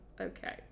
okay